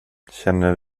känner